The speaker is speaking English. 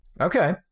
Okay